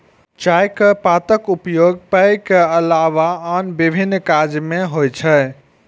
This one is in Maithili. चायक पातक उपयोग पेय के अलावा आन विभिन्न काज मे होइ छै